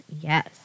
Yes